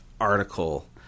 article